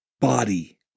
body